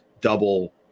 double